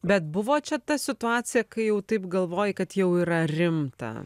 bet buvo čia ta situacija kai jau taip galvoji kad jau yra rimta